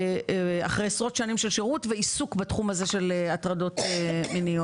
אחרי עשרות שנים של שירות בצבא ועיסוק בתחום הזה של הטרדות מיניות,